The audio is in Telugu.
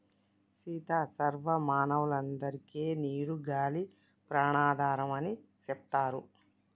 సీత సర్వ మానవులందరికే నీరు గాలి ప్రాణాధారం అని సెప్తారు